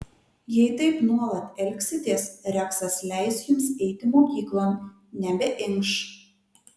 jei taip nuolat elgsitės reksas leis jums eiti mokyklon nebeinkš